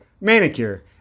manicure